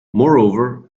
moreover